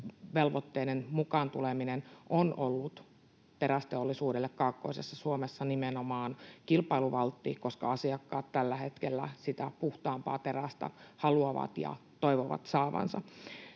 velvoitteiden mukaan tuleminen on ollut terästeollisuudelle kaakkoisessa Suomessa nimenomaan kilpailuvaltti, koska asiakkaat tällä hetkellä sitä puhtaampaa terästä haluavat ja toivovat saavansa.